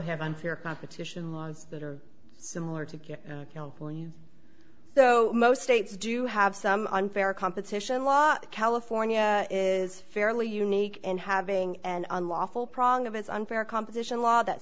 have unfair competition laws that are similar to so most states do have some unfair competition law california is fairly unique in having an unlawful prong of it's unfair competition law that